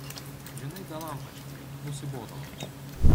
žinai dalampački jau nusibodo mums